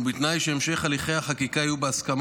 ובתנאי שהמשך הליכי החקיקה יהיו בהסכמה